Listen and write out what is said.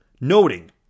noting